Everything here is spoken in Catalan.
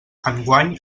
enguany